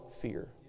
fear